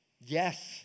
Yes